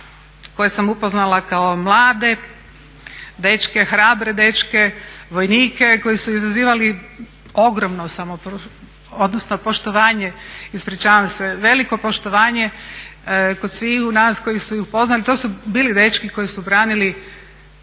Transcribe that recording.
koje sam upoznala kao mlade, hrabre dečke, vojnike koji su izazivali ogromno poštovanje, veliko poštovanje kod sviju nas koji su ih upoznali. To su bili dečki koji su branili